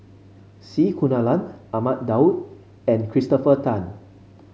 C Kunalan Ahmad Daud and Christopher Tan